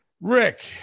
Rick